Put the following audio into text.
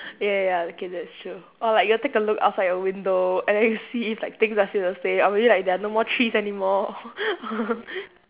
ya ya ya okay that's true or like you'll take a look outside your window and then you see if like things are still the same or maybe like there are no more trees anymore